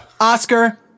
Oscar